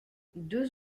deux